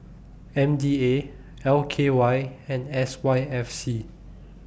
M D A L K Y and S Y F C